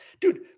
dude